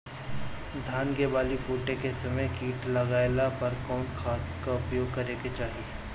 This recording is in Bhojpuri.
धान के बाली फूटे के समय कीट लागला पर कउन खाद क प्रयोग करे के चाही?